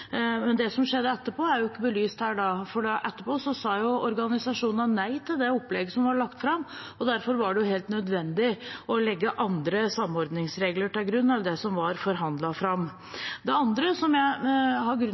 Men det som skjedde etterpå, er ikke belyst her, for etterpå sa organisasjonene nei til det opplegget som ble lagt fram. Derfor var det helt nødvendig å legge andre samordningsregler til grunn enn det som var forhandlet fram. Det andre som jeg ser grunn